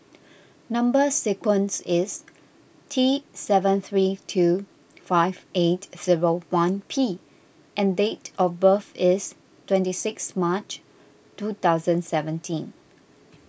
Number Sequence is T seven three two five eight zero one P and date of birth is twenty six March two thousand seventeen